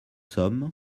sommes